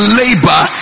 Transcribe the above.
labor